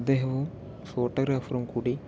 അദ്ദേഹവും ഫോട്ടോഗ്രാഫറും കൂടി